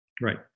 right